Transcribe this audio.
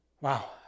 Wow